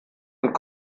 und